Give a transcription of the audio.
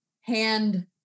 hand